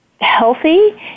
healthy